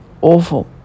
Awful